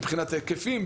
מבחינת ההיקפים,